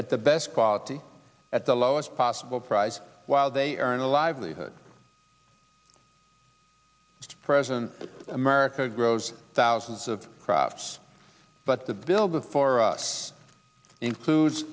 at the best quality at the lowest possible price while they earn a livelihood mr president america grows thousands of crops but the bill before us includes